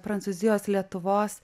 prancūzijos lietuvos